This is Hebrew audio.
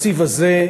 התקציב הזה,